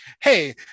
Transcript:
hey